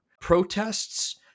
protests